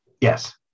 Yes